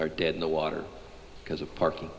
are dead in the water because of parking